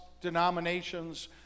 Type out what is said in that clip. denominations